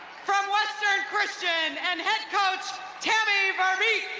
fromwestern christian and head coach tammy